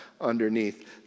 underneath